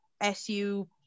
SU